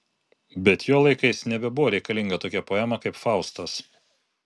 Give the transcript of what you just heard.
bet jo laikais nebebuvo reikalinga tokia poema kaip faustas